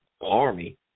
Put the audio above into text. army